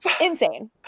insane